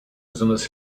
besonders